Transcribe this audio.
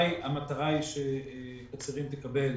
המטרה היא שקצרין תקבל